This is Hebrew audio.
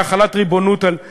בהחלת ריבונות על יהודה,